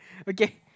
okay